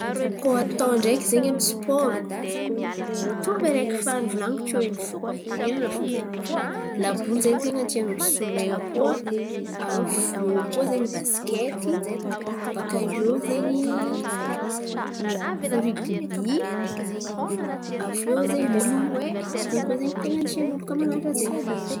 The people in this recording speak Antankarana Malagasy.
Koa atao ndreky zen̈y amin'ny sipôro, mitovy araiky fa nivolan̈iko tiô in̈y fo, miran̈a fo zen̈y. Laboly zen̈y ten̈a ny tian'olo somain̈a koa aviô koa zen̈y basikety baka iô zen̈y rigibÿ aviô zen̈y milomoay. Zen̈y koa zen̈y ten̈a ny tian'olo koa man̈ano raha zen̈y.